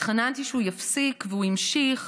התחננתי שהוא יפסיק והוא המשיך.